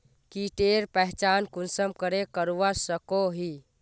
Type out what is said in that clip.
कीटेर पहचान कुंसम करे करवा सको ही?